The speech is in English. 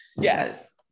yes